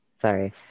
Sorry